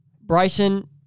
Bryson